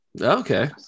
Okay